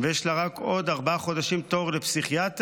ויש לה רק עוד ארבעה חודשים תור לפסיכיאטר,